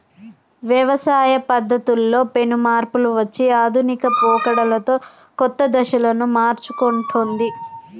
వ్యవసాయ పద్ధతుల్లో పెను మార్పులు వచ్చి ఆధునిక పోకడలతో కొత్త దిశలను మర్సుకుంటొన్ది